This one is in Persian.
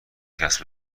کسب